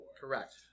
Correct